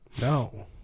No